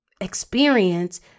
experience